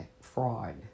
fraud